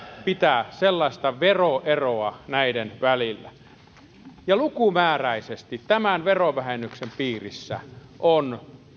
pitää keinotekoisesti sellaista veroeroa näiden välillä lukumääräisesti tämän verovähennyksen piirissä on